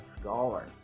scholar